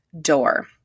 door